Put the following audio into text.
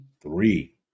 three